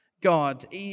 God